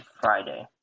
Friday